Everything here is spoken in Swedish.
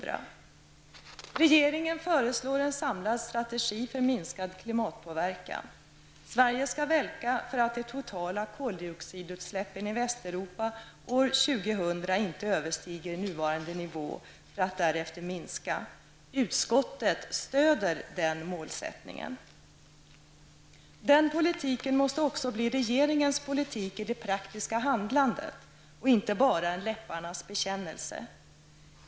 Regeringen föreslår en samlad strategi för minskad klimatpåverkan. Sverige skall verka för att de totala koldioxidutsläppen i Västeuropa år 2000 inte överstiger nuvarande nivå för att därefter minska. Utskottet stöder den målsättningen. Denna politik måste också bli regeringens politik i det praktiska handlandet och inte bara en läpparnas bekännelse.